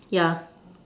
yeah